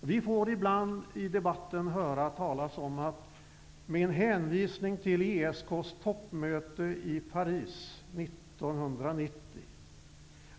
Vi får ibland i debatten, med en hänvisning till ESK:s toppmöte i Paris 1990, höra talas om